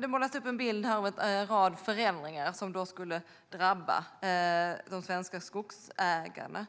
Det målas upp en bild av en rad förändringar som skulle drabba de svenska skogsägarna.